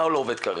מה לא עובד כרגע?